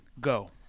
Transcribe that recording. Go